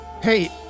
Hey